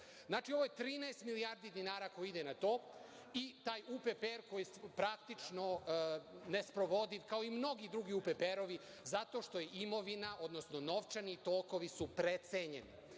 ovo je 13 milijardi dinara koji ide na to i taj UPPR koji je praktično nesprovodiv, kao i mnogi drugi UPPR-ovi, zato što je imovina, odnosno novčani tokovi su precenjeni.